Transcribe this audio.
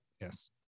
Yes